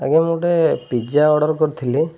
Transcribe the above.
ଆଜ୍ଞା ମୁଁ ଗୋଟେ ପିଜା ଅର୍ଡ଼ର କରିଥିଲି